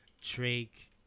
Drake